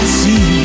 see